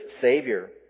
Savior